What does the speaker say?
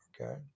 okay